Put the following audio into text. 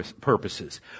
purposes